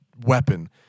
weapon